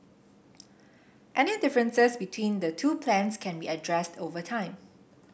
any differences between the two plans can be addressed over time